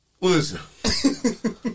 listen